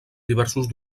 diversos